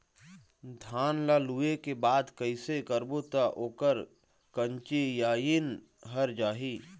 धान ला लुए के बाद कइसे करबो त ओकर कंचीयायिन हर जाही?